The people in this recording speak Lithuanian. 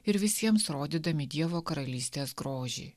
ir visiems rodydami dievo karalystės grožį